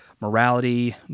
morality